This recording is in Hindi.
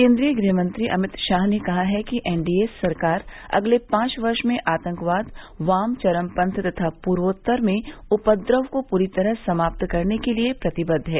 केन्द्रीय गृहमंत्री अमित शाह ने कहा है कि एनडीए सरकार अगले पांच वर्ष में आतंकवाद वाम चरमपंथ तथा पूर्वोत्तर में उपद्रव को पूरी तरह से समाप्त करने के लिए प्रतिबद्द है